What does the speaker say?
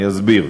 אני אסביר.